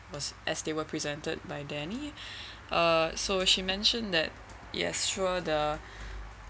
was as they were presented by danielle uh so she mentioned that yes sure the